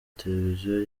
televiziyo